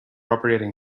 operating